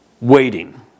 Waiting